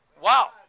Wow